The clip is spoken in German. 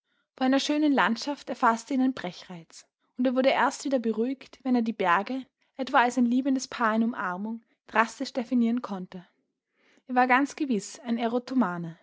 vor einer schönen landschaft erfaßte ihn ein brechreiz und er wurde erst wieder beruhigt wenn er die berge etwa als ein liebendes paar in umarmung drastisch definieren konnte er war ganz gewiß ein